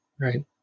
right